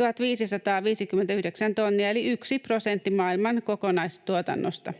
1 559 tonnia eli 1 prosentti maailman kokonaistuotannosta.